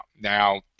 now